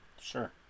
Sure